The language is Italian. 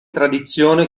tradizione